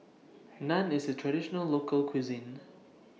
Naan IS A Traditional Local Cuisine